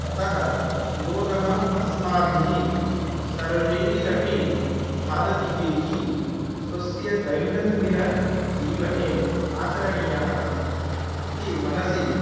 अतः योगः अस्माभिः सर्वैरपि भारतीयैः स्वस्य दैनन्दिनजीवने आचरणीयः इति मनसि